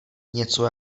něco